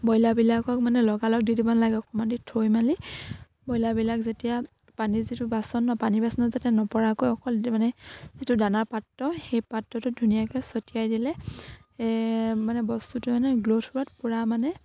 ব্ৰইলাৰবিলাকক মানে লগালগ দি দিব নালাগে অকমান দি থৈ মেলি ব্ৰইলাৰবিলাক যেতিয়া পানী যিটো বাচন ন পানী বাচনত যাতে নপৰাকৈ অকল মানে যিটো দানা পাত্ৰ সেই পাত্ৰটোত ধুনীয়াকে ছটিয়াই দিলে মানে বস্তুটো মানে গ্ৰ'থ হোৱাত পূৰা মানে